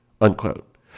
Unquote